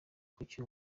kuki